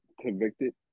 convicted